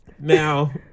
Now